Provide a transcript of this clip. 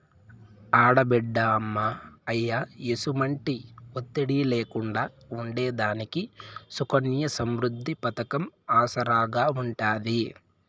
ఆడబిడ్డ అమ్మా, అయ్య ఎసుమంటి ఒత్తిడి లేకుండా ఉండేదానికి సుకన్య సమృద్ది పతకం ఆసరాగా ఉంటాది